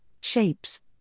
shapes